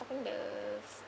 talking the